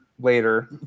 later